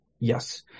Yes